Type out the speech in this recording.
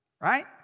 Right